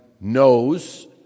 knows